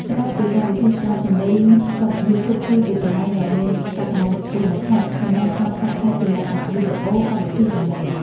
ក្រៅពីកម្មវិធីស្តាប់សំឡេងសុទ្ធយូធូបគឺជាកន្លែងដ៏មានសក្តានុពលបំផុតសម្រាប់ការផ្សព្វផ្សាយជាលក្ខណៈវីដេអូកម្មវិធីសំឡេង។